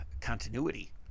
continuity